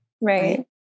right